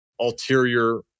ulterior